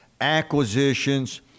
acquisitions